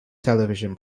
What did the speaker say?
television